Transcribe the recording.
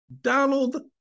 Donald